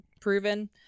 proven